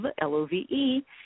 L-O-V-E